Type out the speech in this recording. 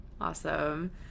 Awesome